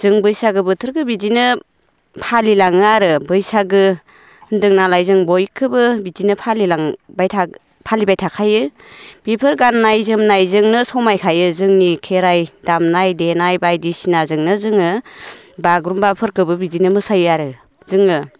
जों बैसागु बोथोरखौ बिदिनो फालिलाङो आरो बैसागु होन्दों नालाय जों बयखौबो बिदिनो फालिलांबाय थायो फालिबाय थाखायो बेफोर गाननाय जोमनायजोंनो समायखायो जोंनि खेराइ दामनाय देनाय बायदिसिनाजोंनो जोङो बाग्रुम्बाफोरखौबो बिदिनो मोसायो आरो जोङो